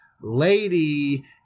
lady